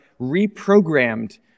reprogrammed